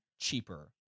cheaper